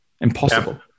Impossible